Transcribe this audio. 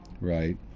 right